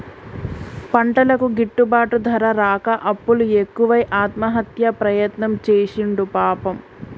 పంటలకు గిట్టుబాటు ధర రాక అప్పులు ఎక్కువై ఆత్మహత్య ప్రయత్నం చేసిండు పాపం